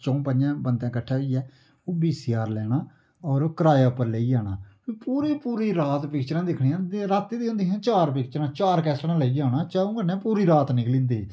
चऊं पञैं बंदैं कट्ठे होइयै ओ बीसीआर लेना और कराये उप्पर लेई आना पूरी पूरी रात पिक्चरां दिक्खनियां रातीं दी होंदियां हियां चार पिक्चरां चार कैसेटां लेइयै औना चाऊं कन्नै पूरी रात निकली जंदी ही